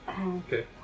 Okay